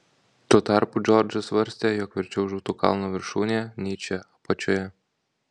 tuo tarpu džordžas svarstė jog verčiau žūtų kalno viršūnėje nei čia apačioje